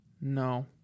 No